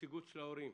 נציגות ההורים,